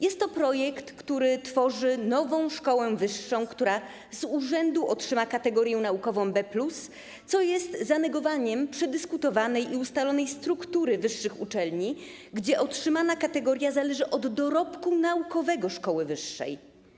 Jest to projekt, który tworzy nową szkołę wyższą, która z urzędu otrzyma kategorię naukową B+, co jest zanegowaniem przedyskutowanej i ustalonej struktury wyższych uczelni, w przypadku których otrzymana kategoria zależy od dorobku naukowego szkoły wyższej.